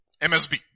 MSB